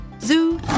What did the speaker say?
Zoo